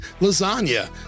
Lasagna